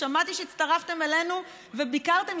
שמעתי שהצטרפתם אלינו וביקרתם,